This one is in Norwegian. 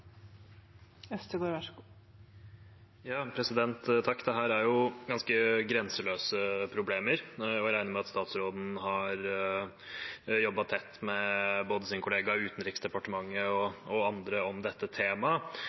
er ganske grenseløse problemer, og jeg regner med at statsråden har jobbet tett med både sin kollega i Utenriksdepartementet og andre om dette temaet.